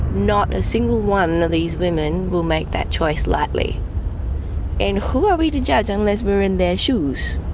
not a single one these women will make that choice lightly and who are we to judge unless we're in their shoes?